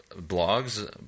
blogs